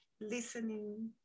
listening